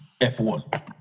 F1